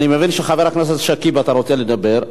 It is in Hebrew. אני מבין שחבר הכנסת שכיב, אתה רוצה לדבר?